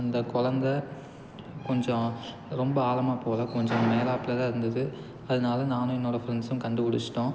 அந்த குழந்த கொஞ்சம் ரொம்ப ஆழமாக போகல கொஞ்சம் மேலாப்பில் தான் இருந்துது அதனால நானும் என்னோடய ஃப்ரெண்ட்ஸும் கண்டுபிடிச்சிட்டோம்